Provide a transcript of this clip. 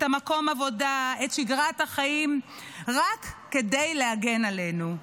את מקום העבודה ואת שגרת החיים רק כדי להגן עלינו.